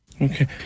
Okay